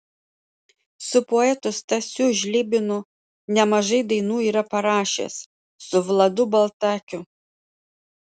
su poetu stasiu žlibinu nemažai dainų yra parašęs su vladu baltakiu